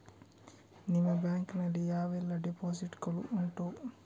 ನಿಮ್ಮ ಬ್ಯಾಂಕ್ ನಲ್ಲಿ ಯಾವೆಲ್ಲ ಡೆಪೋಸಿಟ್ ಗಳು ಉಂಟು?